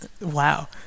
Wow